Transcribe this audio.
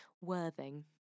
worthing